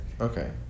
Okay